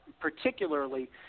particularly